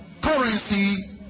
currency